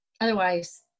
Otherwise